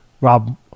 Rob